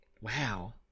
wow